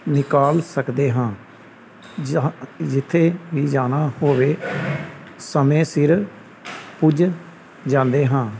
ਨਿਕਾਲ ਸਕਦੇ ਹਾਂ ਜਾਂ ਜਿੱਥੇ ਵੀ ਜਾਣਾ ਹੋਵੇ ਸਮੇਂ ਸਿਰ ਪੁੱਜ ਜਾਂਦੇ ਹਾਂ